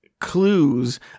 clues